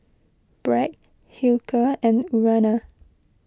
Bragg Hilker and Urana